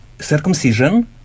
circumcision